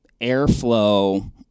airflow